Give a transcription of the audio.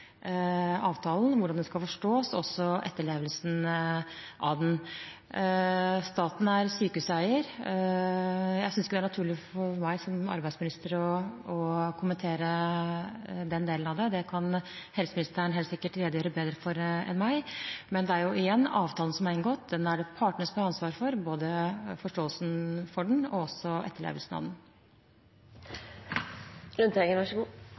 avtalen, hvordan den skal forstås og etterlevelsen av den. Staten er sykehuseier. Jeg synes ikke det er naturlig for meg som arbeidsminister å kommentere den delen av det. Det kan helseministeren helt sikkert redegjøre bedre for enn meg. Men igjen: Avtalen som er inngått, er det partene som har ansvaret for, både for forståelsen og etterlevelsen av